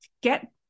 get